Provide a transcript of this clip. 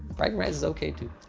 bragging rights is okay too.